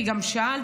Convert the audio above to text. כי גם שאלת,